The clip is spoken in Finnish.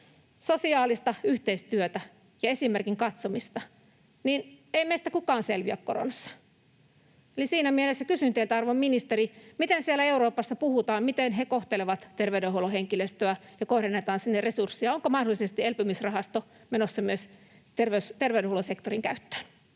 sosiaalista yhteistyötä ja esimerkin katsomista, niin ei meistä kukaan selviä koronasta. Eli siinä mielessä kysyn teiltä, arvon ministeri: Miten siellä Euroopassa puhutaan, miten he kohtelevat terveydenhuollon henkilöstöä ja kohdennetaan sinne resursseja? Onko mahdollisesti elpymisrahasto menossa myös terveydenhuollon sektorin käyttöön?